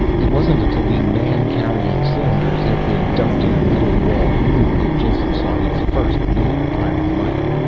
it wasn't until the man-carrying cylinders had been dumped in a metal-walled room, that jason saw his first native pyrran life.